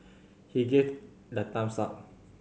he give the thumbs up